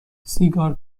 سیگار